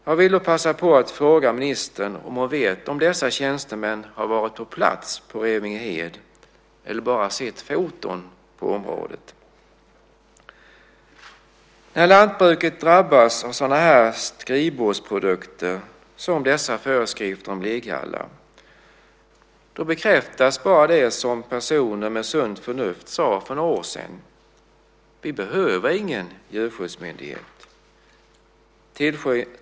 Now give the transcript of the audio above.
Jag vill passa på att fråga ministern om hon vet om dessa tjänstemän har varit på plats på Revingehed eller om de bara har sett foton på området. När lantbruket drabbas av sådana här skrivbordsprodukter som dessa föreskrifter om ligghallar, då bekräftas bara det som personer med sunt förnuft sade för några år sedan: Vi behöver ingen djurskyddsmyndighet.